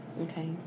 Okay